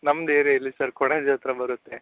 ನಮ್ಮದು ಏರಿಯಾ ಇಲ್ಲಿ ಸರ್ ಕೊಣಾಜೆ ಹತ್ತಿರ ಬರುತ್ತೆ